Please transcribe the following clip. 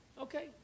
Okay